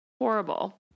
Horrible